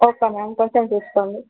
okay ma'am కొంచెం చూసుకోండి